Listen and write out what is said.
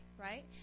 right